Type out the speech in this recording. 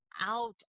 out